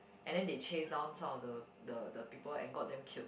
and then they chase down some of the the the people and got them killed